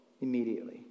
immediately